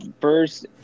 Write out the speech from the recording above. first